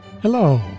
Hello